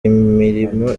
imirimo